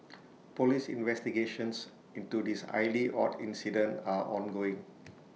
Police investigations into this highly odd incident are ongoing